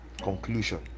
conclusion